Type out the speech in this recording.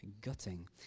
gutting